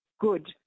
good